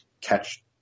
catch